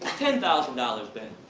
ten thousand dollars bail.